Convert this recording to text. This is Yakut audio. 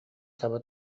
саба